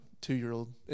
two-year-old